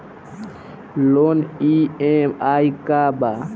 Loan EMI का बा?